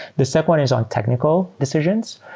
the step one is on technical decisions.